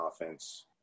offense